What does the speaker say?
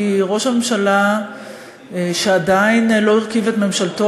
כי ראש הממשלה שעדיין לא הרכיב את ממשלתו